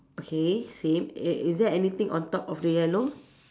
okay same i~ is there anything on top of the yellow